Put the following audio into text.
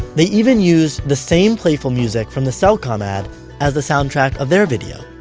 they even used the same playful music from the cellcom ad as the soundtrack of their video.